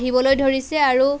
আহিবলৈ ধৰিছে আৰু